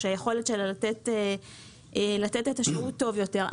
שהיכולת שלה לתת שירות טוב יותר נפגעת.